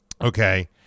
Okay